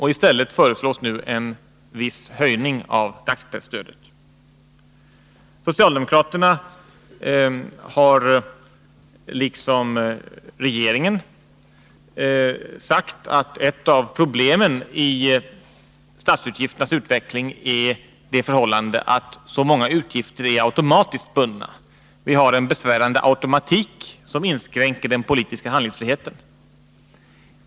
I stället föreslås nu en viss höjning av dagspresstödet. Socialdemokraterna har, liksom regeringen, sagt att ett av problemen när det gäller statsutgifternas utveckling är det förhållandet att så många utgifter är automatiskt bundna. Vi har en besvärande automatik, som inskränker den politiska handlingsfriheten.